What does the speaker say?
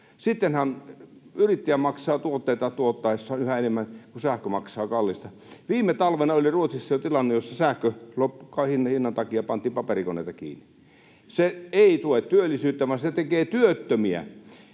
Sitten yrittäjähän maksaa tuotteitaan tuottaessaan yhä enemmän, kun sähkö maksaa kalliisti. Viime talvena oli Ruotsissa tilanne, jossa sähkön kohonneen hinnan takia pantiin paperikoneita kiinni. Se ei tue työllisyyttä, vaan se tekee työttömiä.